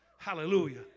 Hallelujah